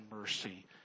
mercy